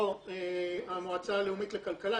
או המועצה הלאומית לכלכלה,